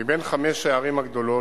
מבין חמש הערים הגדולות,